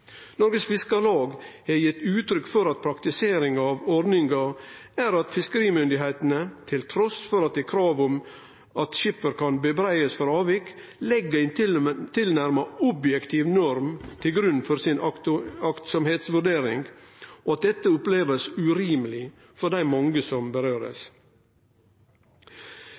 Fiskarlag har gitt uttrykk for at praktiseringa av ordninga er at fiskerimyndigheitene, trass i at det er krav om at skipperen kan klandrast for avvik, legg ei tilnærma objektiv norm til grunn for aktsemdsvurderinga, og at dette blir opplevd urimeleg for dei mange som